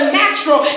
natural